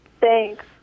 thanks